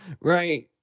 Right